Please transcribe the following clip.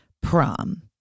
prom